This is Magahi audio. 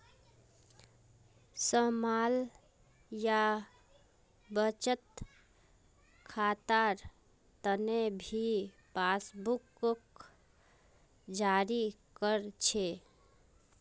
स्माल या बचत खातार तने भी पासबुकक जारी कर छे